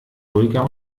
ruhiger